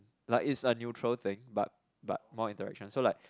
like it's a neutral thing but but more interaction so like